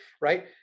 right